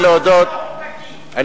להודות לחבר הכנסת זחאלקה,